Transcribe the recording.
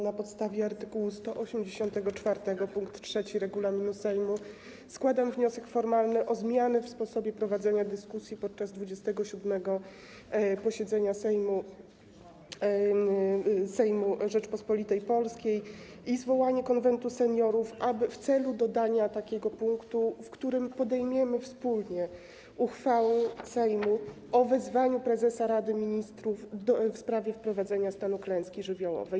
Na podstawie art. 184 ust. 3 regulaminu Sejmu składam wniosek formalny o zmianę w sposobie prowadzenia dyskusji podczas 27. posiedzenia Sejmu Rzeczypospolitej Polskiej i zwołanie Konwentu Seniorów w celu dodania punktu, w którym podejmiemy wspólnie uchwałę Sejmu o wezwaniu prezesa Rady Ministrów w sprawie wprowadzenia stanu klęski żywiołowej.